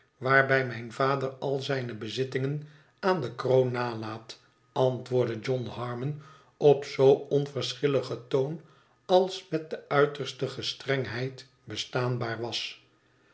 waarbij mijn vader al zijne bezittingen aan de kroon nalaat antwoordde john harmon op zoo onverschiuigen toon als met de uiterste gestrengheid bestaanbaar was